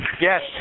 Yes